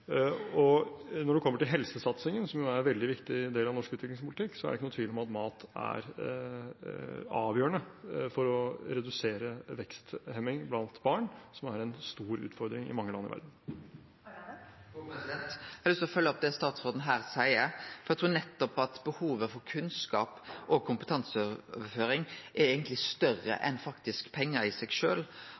Og når det kommer til helsesatsingen, som er en veldig viktig del av norsk utviklingspolitikk, er det ikke noen tvil om at mat er avgjørende for å redusere veksthemning blant barn, som er en stor utfordring i mange land i verden. Det blir oppfølgingsspørsmål – først Knut Arild Hareide. Eg har lyst til å følgje opp det statsråden her seier, for eg trur at behovet for kunnskap og kompetanseoverføring eigentleg er større enn pengar i seg